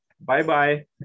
Bye-bye